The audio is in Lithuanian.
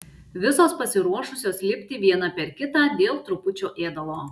visos pasiruošusios lipti viena per kitą dėl trupučio ėdalo